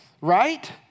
right